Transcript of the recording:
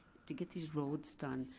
to get these roads done,